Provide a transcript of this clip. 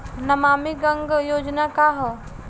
नमामि गंगा योजना का ह?